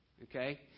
Okay